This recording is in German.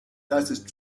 ist